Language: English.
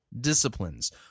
disciplines